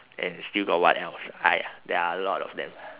and still got what else ah !aiya! there are a lot of them ah